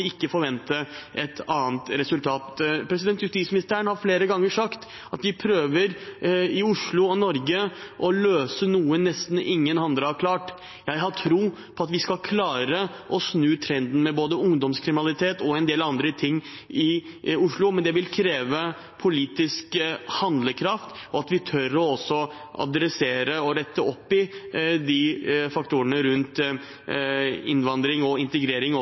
flere ganger sagt at de prøver i Oslo og Norge å løse noe som nesten ingen andre har klart. Jeg har tro på at vi skal klare å snu trenden med både ungdomskriminalitet og en del andre ting i Oslo, men det vil kreve politisk handlekraft – og at vi tør å ta opp og rette opp i de faktorene rundt innvandring og integrering